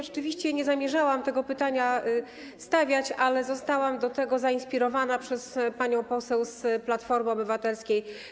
Rzeczywiście nie zamierzałam tego pytania stawiać, ale zostałam do tego zainspirowana przez panią poseł z Platformy Obywatelskiej.